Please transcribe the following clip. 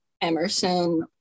Emerson